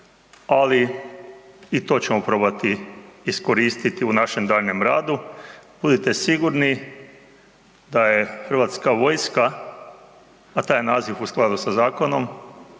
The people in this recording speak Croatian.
ali i to ćemo probati iskoristiti u našem daljnjem radu. Budite sigurni da je hrvatska vojska a taj naziv u skladu sa zakonom,